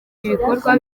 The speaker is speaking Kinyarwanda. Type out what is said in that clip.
ibikorwa